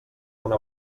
una